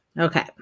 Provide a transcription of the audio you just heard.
Okay